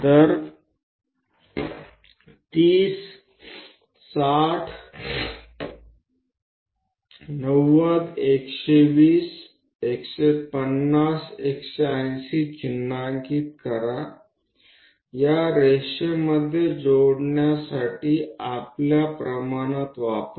तर 30 60 90 120 150 180 चिन्हांकित करा या रेषेमध्ये जोडण्यासाठी आपल्या प्रमाणात वापरा